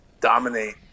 dominate